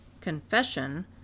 confession